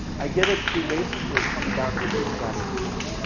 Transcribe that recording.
i get it to basically coming down to two categories.